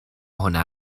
hwnna